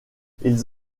ils